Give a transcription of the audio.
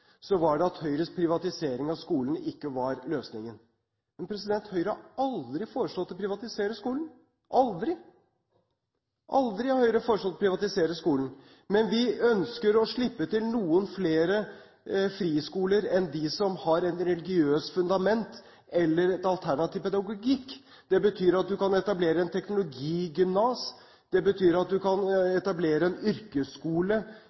så var det at Høyres privatisering av skolen ikke var løsningen. Men Høyre har aldri foreslått å privatisere skolen – aldri! Aldri har Høyre foreslått å privatisere skolen. Men vi ønsker å slippe til noen flere friskoler enn de som har et religiøst fundament eller en alternativ pedagogikk. Det betyr at man kan etablere et teknologigymnas, det betyr at man kan etablere en yrkesskole